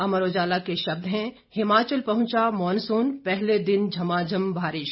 अमर उजाला के शब्द हैं हिमाचल पहुंचा मानसून पहले दिन झमाझम बारिश